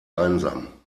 einsam